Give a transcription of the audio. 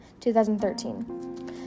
2013